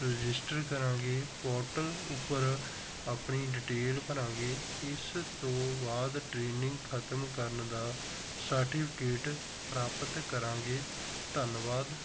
register ਕਰਾਂਗੇ portal ਉੱਪਰ ਆਪਣੀ ਡਿਟੇਲ ਭਰਾਂਗੇ ਇਸ ਤੋਂ ਬਾਅਦ ਟ੍ਰੇਨਿੰਗ ਖਤਮ ਕਰਨ ਦਾ ਸਰਟੀਫਿਕੇਟ ਪ੍ਰਾਪਤ ਕਰਾਂਗੇ ਧੰਨਵਾਦ